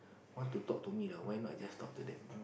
want to me ah why not I just talk to them